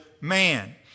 man